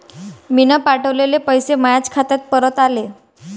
मीन पावठवलेले पैसे मायाच खात्यात परत आले